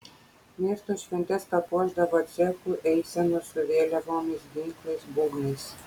miesto šventes papuošdavo cechų eisenos su vėliavomis ginklais būgnais